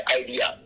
idea